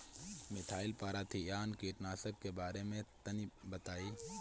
Methyl parathion कीटनाशक के बारे में तनि बताई?